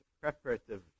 preparative